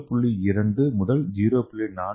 2 முதல் 0